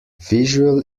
visual